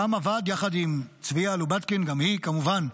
ושם עבד יחד עם צביה לובטקין, גם היא כמובן,